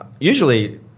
usually